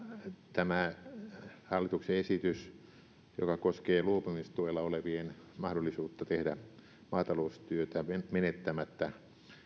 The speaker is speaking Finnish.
tämä hallituksen esitys joka koskee luopumistuella olevien mahdollisuutta tehdä maataloustyötä menettämättä